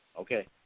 Okay